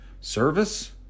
service